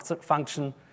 function